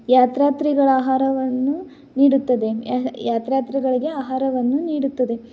ಯಾತ್ರಾರ್ಥಿಗಳ ಆಹಾರವನ್ನು ನೀಡುತ್ತದೆ ಯಾತ್ರಾರ್ಥಿಗಳಿಗೆ ಆಹಾರವನ್ನು ನೀಡುತ್ತದೆ